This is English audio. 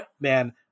Man